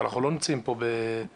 אנחנו לא נמצאים פה ב- --,